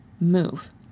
Move